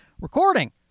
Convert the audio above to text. recording